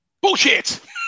Bullshit